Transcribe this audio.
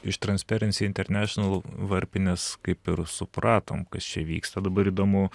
iš transparency international varpinės kaip ir supratom kas čia vyksta dabar įdomu